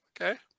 Okay